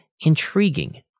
intriguing